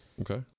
Okay